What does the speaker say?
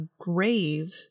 grave